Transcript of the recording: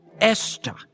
Esther